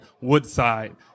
Woodside